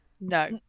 No